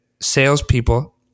salespeople